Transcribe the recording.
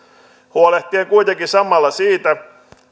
huolehtien kuitenkin samalla siitä